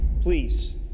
Please